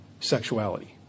sexuality